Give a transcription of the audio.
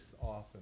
often